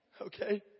Okay